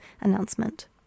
announcement